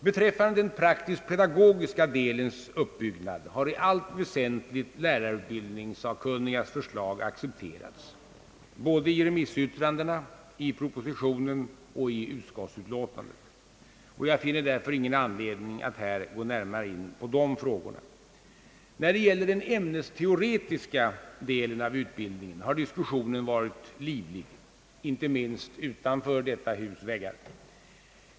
Beträffande den <praktiskt-pedagogiska delens uppbyggnad har i allt väsentligt lärarutbildningssakkunnigas förslag accepterats i remissyttrandena, i propositionen och i utskottsutlåtandet. Jag finner därför ingen anledning att här närmare gå in på dessa frågor. När det gäller den ämnesteoretiska delen av utbildningen har diskussionen varit livlig, inte minst utanför detta hus.